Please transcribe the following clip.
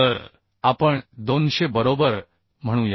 तर आपण 200 बरोबर म्हणूया